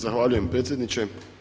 Zahvaljujem predsjedniče.